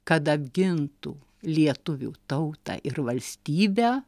kad apgintų lietuvių tautą ir valstybę